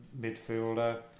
midfielder